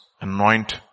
Anoint